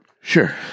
Sure